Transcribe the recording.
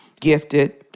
gifted